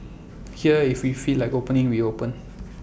here if we feel like opening we open